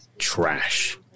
trash